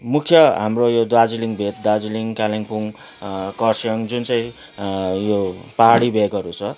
मुख्य हाम्रो यो दार्जिलिङ भेग दार्जिलिङ कालिम्पोङ खरसाङ जुन चाहिँ जुन चाहिँ ह यो पहाडी भेगहरू छ